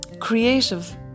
creative